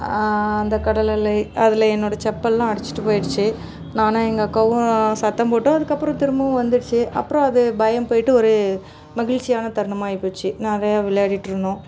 அந்த கடல் அலை அதில் என்னோடய செப்பல்லாம் அடித்துட்டு போயிடுத்து நான் எங்கள் அக்காவும் சத்தம் போட்டோம் அதுக்கப்றம் திரும்பவும் வந்திருச்சு அப்றம் அது பயம் போயிட்டு ஒரு மகிழ்ச்சியான தருணமாக ஆகி போச்சு நிறையா விளையாடிட்டிருந்தோம்